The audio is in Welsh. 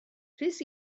rhys